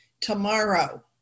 tomorrow